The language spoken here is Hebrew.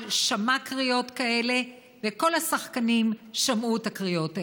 שמע קריאות כאלה וכל השחקנים שמעו את הקריאות האלה.